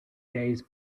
gaze